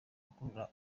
akurura